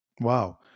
wow